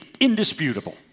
indisputable